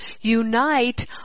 unite